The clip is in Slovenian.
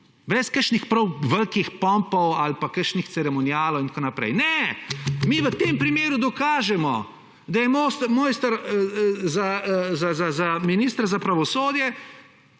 brez kakšnih prav velikih pompov ali pa kakšnih ceremonialov, itn. Ne, mi v tem primeru dokažemo, da je mojster za ministra za pravosodje